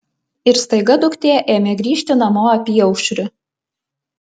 ir staiga duktė ėmė grįžti namo apyaušriu